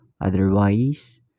Otherwise